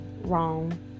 Wrong